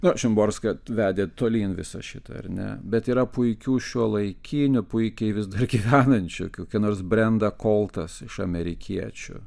na šimborska vedė tolyn visa šita ar ne bet yra puikių šiuolaikinių puikiai vis dar gyvenančių kokia nors brenda koltas iš amerikiečių